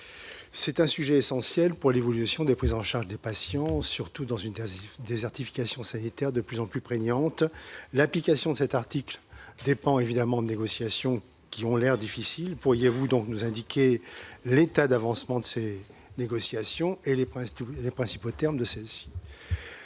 de santé sont essentielles pour l'évolution des prises en charge des patients, surtout dans un contexte de désertification sanitaire de plus en plus prégnante. L'application de cet article dépend évidemment de négociations qui paraissent difficiles. Pourriez-vous, monsieur le secrétaire d'État, nous indiquer l'état d'avancement de ces négociations et les principaux termes de celles-ci ?